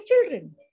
children